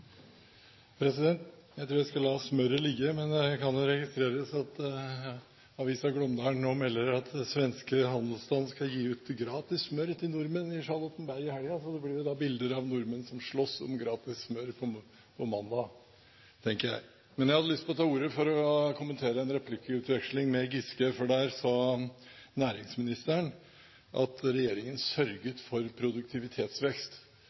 Jeg tror jeg skal la smøret ligge, men det kan jo registreres at avisen Glåmdalen nå melder at den svenske handelsstand skal gi ut gratis smør til nordmenn i Charlottenberg i helgen, så det blir vel da bilder av nordmenn som slåss om gratis smør på mandag, tenker jeg. Men jeg hadde lyst til å ta ordet for å kommentere en replikkveksling med Giske, for der sa næringsministeren at regjeringen